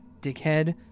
dickhead